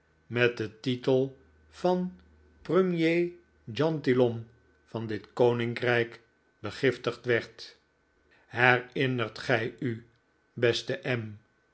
met den titel van premier gentilhomme van dit koninkrijk begiftigd werd herinnert gij u beste m